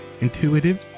intuitive